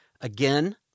Again